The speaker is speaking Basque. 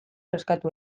eskatu